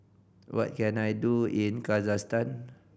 what can I do in Kazakhstan